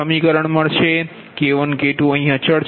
33K214533K1K2Rshr K1K2 અહીં અચલ છે